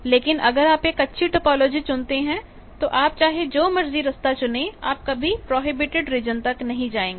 लेकिन अगर आप एक अच्छे टोपोलॉजी चुनते हैं तो आप चाहे जो मर्जी रास्ता चुने आप कभी प्रोहिबिटेड रीजन तक नहीं जाएंगे